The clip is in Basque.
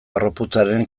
harroputzaren